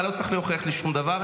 אתה לא צריך להוכיח לי שום דבר,